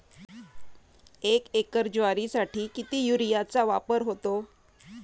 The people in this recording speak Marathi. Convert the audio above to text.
एक एकर ज्वारीसाठी किती युरियाचा वापर होतो?